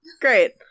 Great